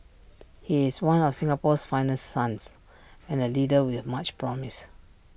he is one of Singapore's finest sons and A leader with much promise